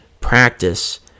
practice